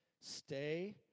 Stay